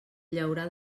llaurar